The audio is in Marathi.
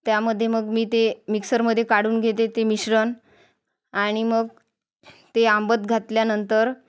त्यामध्ये मग मी ते मिक्सरमध्ये काढून घेते ते मिश्रण आणि मग ते आंबवत घातल्यानंतर